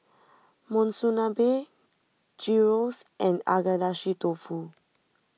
Monsunabe Gyros and Agedashi Dofu